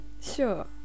Sure